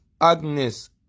Agnes